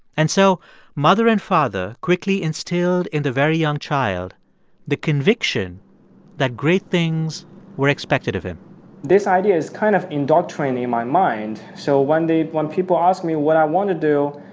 and so mother and father quickly instilled in the very young child the conviction that great things were expected of him this idea is kind of indoctrinating my mind, so one day when people ask me what i want to do,